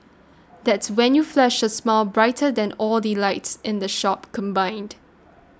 that's when you flash a smile brighter than all the lights in the shop combined